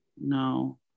no